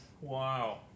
wow